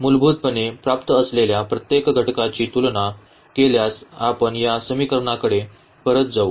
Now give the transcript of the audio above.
मूलभूतपणे प्राप्त असलेल्या प्रत्येक घटकाची तुलना केल्यास आपण या समीकरणाकडे परत जाऊ